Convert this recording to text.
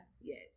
Yes